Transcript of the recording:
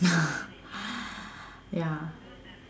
ya